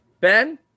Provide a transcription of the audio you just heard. Ben